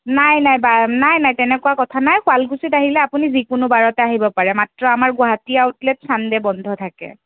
নাই নাই নাই নাই তেনেকুৱা কথা নাই শুৱালকুছিত আহিলে আপুনি যিকোনো বাৰতে আহিব পাৰে মাত্ৰ আমাৰ গুৱাহাটী আউটলেট চানডে বন্ধ থাকে